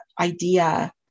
idea